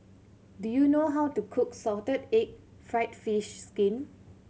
do you know how to cook salted egg fried fish skin